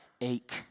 ache